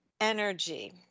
energy